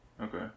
Okay